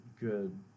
good